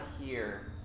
hear